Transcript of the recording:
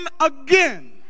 again